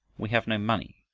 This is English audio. we have no money,